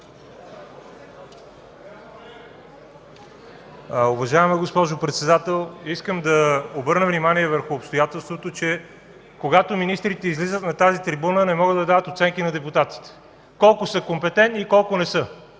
Уважаема госпожо председател! Искам да обърна внимание върху обстоятелството, че когато министрите излизат на тази трибуна, не могат да дават оценки на депутатите колко са компетентни и колко не са.